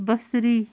بصری